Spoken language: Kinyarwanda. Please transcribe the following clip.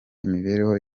imibereho